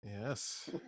Yes